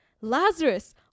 Lazarus